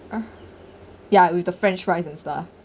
uh ya with the french fries and stuff